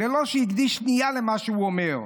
ללא שהקדיש שנייה למה שהוא אומר,